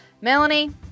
Melanie